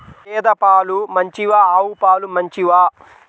గేద పాలు మంచివా ఆవు పాలు మంచివా?